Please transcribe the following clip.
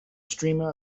streamer